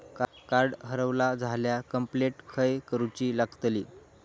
Card हरवला झाल्या complaint खय करूची लागतली?